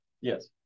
Yes